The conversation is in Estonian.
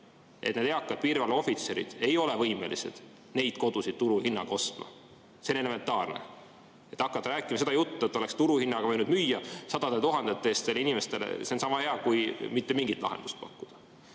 et need eakad piirivalveohvitserid ei ole võimelised neid kodusid turuhinnaga ostma. See on elementaarne. Kui hakata rääkima seda juttu, et oleks turuhinnaga võinud müüa sadade tuhandete eest nendele inimestele, on see sama hea kui mitte mingit lahendust pakkuda.